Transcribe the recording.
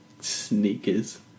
Sneakers